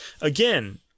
Again